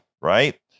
right